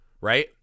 Right